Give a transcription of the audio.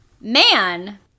man